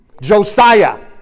Josiah